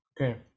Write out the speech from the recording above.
Okay